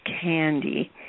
candy